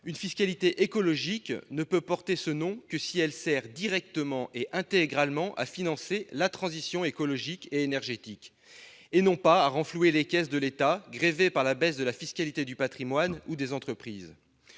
une fiscalité écologique ne peut porter ce nom que si elle sert directement et intégralement à financer la transition écologique et énergétique et non à renflouer les caisses de l'État, grevées par la baisse de la fiscalité du patrimoine ou des entreprises.